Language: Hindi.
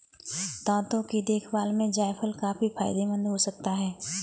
दांतों की देखभाल में जायफल काफी फायदेमंद हो सकता है